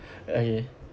okay